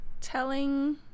Telling